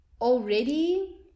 already